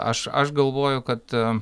aš aš galvoju kad